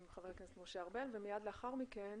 עם ח"כ משה ארבל ומיד לאחר מכן